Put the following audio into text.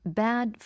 bad